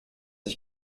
ich